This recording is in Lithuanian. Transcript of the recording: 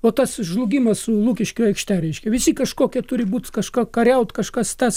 o tas žlugimas su lukiškių aikšte reiškia visi kažkokia turi būt kažka kariaut kažkas tas